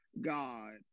god